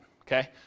okay